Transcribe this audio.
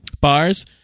bars